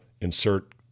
insert